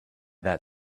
that